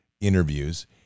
interviews